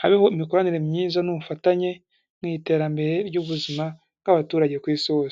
habeho imikoranire myiza n'ubufatanye, mu iterambere ry'ubuzima bw'abaturage ku Isi hose.